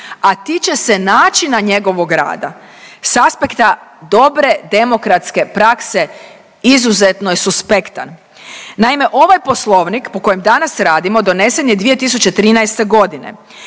a tiče se načina njegovog rada s aspekta dobre demokratske prakse izuzetno je suspektan. Naime, ovaj poslovnik po kojem danas radimo donesen je 2013.g.,